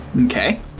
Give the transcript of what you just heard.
Okay